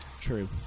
True